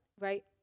right